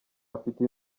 afite